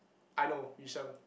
I know Yu sheng